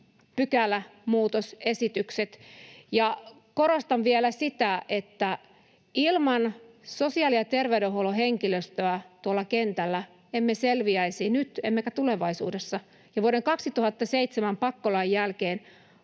pykälämuutosesitykset. Korostan vielä sitä, että ilman sosiaali- ja terveydenhuollon henkilöstöä tuolla kentällä emme selviäisi nyt emmekä tulevaisuudessa. Vuoden 2007 pakkolain jälkeen